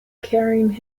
carrying